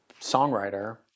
songwriter